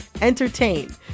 entertain